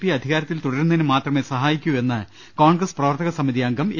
P അധികാരത്തിൽ തുടരുന്നതിനു മാത്രമേ സഹായിക്കൂ എന്ന് കോൺഗ്രസ് പ്രവർത്തക സമിതി അംഗം എ